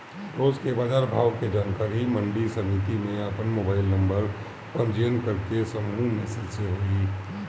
रोज के बाजार भाव के जानकारी मंडी समिति में आपन मोबाइल नंबर पंजीयन करके समूह मैसेज से होई?